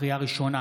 לקריאה ראשונה,